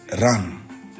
run